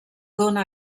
dóna